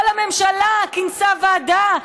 כל הממשלה כינסה ועדה,